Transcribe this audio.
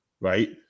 right